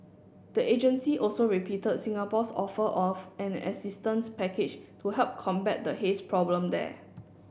the agency also repeated Singapore's offer of an assistance package to help combat the haze problem there